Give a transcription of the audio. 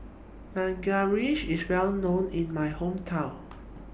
IS Well known in My Hometown